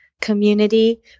community